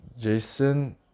Jason